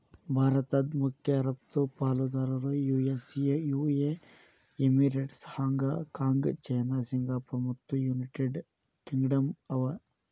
ಭಾರತದ್ ಮಖ್ಯ ರಫ್ತು ಪಾಲುದಾರರು US UAE emirates, Hong Kong China Singapore ಮತ್ತು ಯುನೈಟೆಡ್ ಕಿಂಗ್ಡಮ್ ಅವ